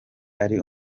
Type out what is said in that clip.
ari